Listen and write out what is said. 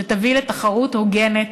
שתביא לתחרות הוגנת,